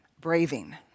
BRAVING